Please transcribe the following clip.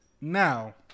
Now